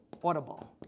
portable